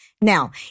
Now